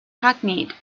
hackneyed